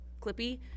clippy